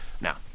Now